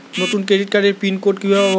নতুন ক্রেডিট কার্ডের PIN code কিভাবে পাব?